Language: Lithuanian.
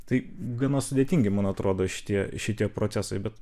tai gana sudėtingi man atrodo šitie šitie procesai bet